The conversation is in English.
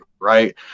Right